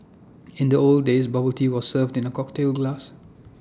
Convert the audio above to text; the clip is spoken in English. in the old days bubble tea was served in A cocktail glass